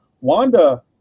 Wanda